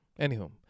Anywho